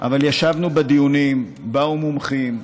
אבל ישבנו בדיונים, באו מומחים,